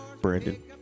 Brandon